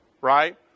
right